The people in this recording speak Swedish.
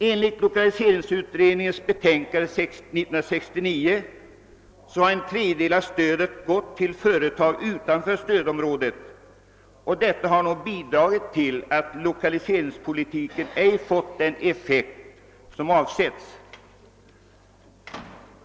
Enligt lokaliseringsutredningens betänkande 1969 har en tredjedel av stödet gått till företag utanför stödområdet och detta har nog medverkat till att 1okaliseringspolitiken inte har fått den effekt som avsetts.